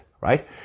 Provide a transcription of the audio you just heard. right